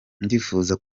ndifuza